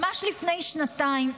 ממש לפני שנתיים,